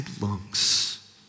lungs